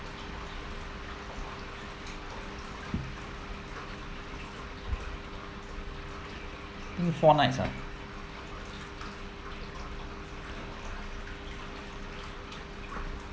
think four nights ah